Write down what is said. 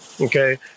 Okay